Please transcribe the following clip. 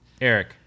Eric